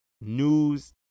news